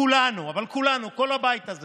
כולנו, אבל כולנו, כל הבית הזה